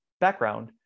background